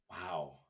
wow